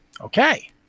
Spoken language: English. Okay